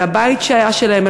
אל הבית שהיה שלהם,